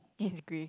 it's grey